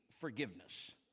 forgiveness